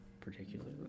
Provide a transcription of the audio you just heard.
particularly